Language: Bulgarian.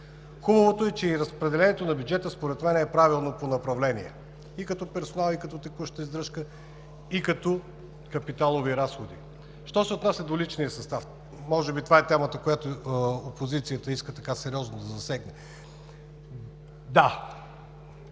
Хубавото е, че и разпределението на бюджета според мен е правилно по направления – и като персонал, и като текуща издръжка, и като капиталови разходи. Що се отнася до личния състав, може би това е темата, която опозицията иска сериозно да засегне. Да,